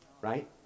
right